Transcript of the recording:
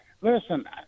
Listen